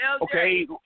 Okay